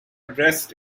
addressed